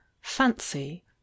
fancy